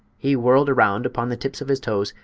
he whirled around upon the tips of his toes,